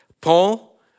Paul